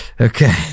Okay